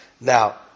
Now